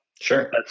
Sure